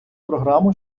програму